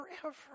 forever